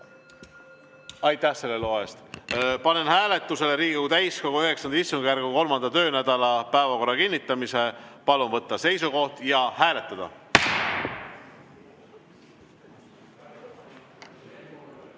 Aitäh selle loa eest! Panen hääletusele Riigikogu täiskogu IX istungjärgu 3. töönädala päevakorra kinnitamise. Palun võtta seisukoht ja hääletada!